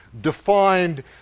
defined